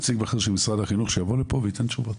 נציג בכיר של משרד החינוך שיבוא לפה וייתן תשובות,